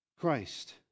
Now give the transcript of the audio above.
Christ